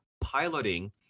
piloting